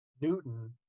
newton